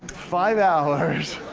five hours,